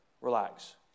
Relax